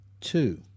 two